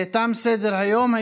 סדר-היום.